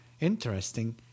interesting